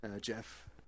Jeff